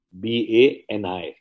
B-A-N-I